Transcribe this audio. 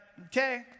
okay